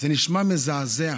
זה נשמע מזעזע.